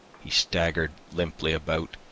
he staggered limply about,